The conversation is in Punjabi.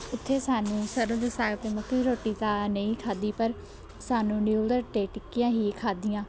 ਉੱਥੇ ਸਾਨੂੰ ਸਰ੍ਹੋਂ ਦੇ ਸਾਗ ਅਤੇ ਮੱਕੀ ਦੀ ਰੋਟੀ ਤਾਂ ਨਹੀਂ ਖਾਧੀ ਪਰ ਸਾਨੂੰ ਨਿਊਡਲ ਅਤੇ ਟਿੱਕੀਆਂ ਹੀ ਖਾਧੀਆਂ